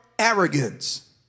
arrogance